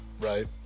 Right